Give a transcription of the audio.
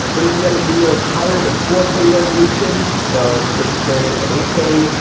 but if you edit videos higher than four k resolution, so six k or eight k,